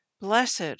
Blessed